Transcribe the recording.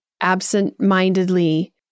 absent-mindedly